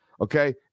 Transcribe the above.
okay